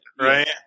Right